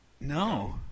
No